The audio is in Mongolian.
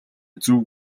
зөв